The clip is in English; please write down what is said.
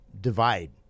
divide